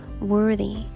worthy